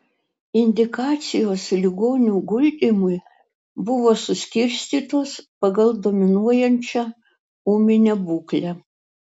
indikacijos ligonių guldymui buvo suskirstytos pagal dominuojančią ūminę būklę